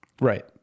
Right